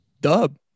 dub